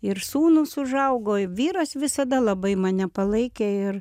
ir sūnūs užaugo vyras visada labai mane palaikė ir